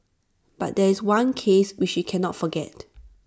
but there is one case which she cannot forget